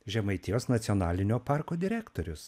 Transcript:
žemaitijos nacionalinio parko direktorius